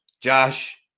Josh